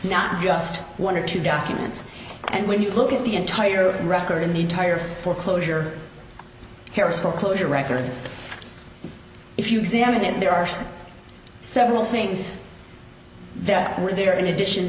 not just one or two documents and when you look at the entire record in the entire foreclosure harris foreclosure record if you examine it there are several things that were there in addition